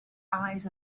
eyes